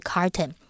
Carton